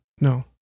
No